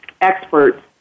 experts